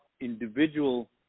individual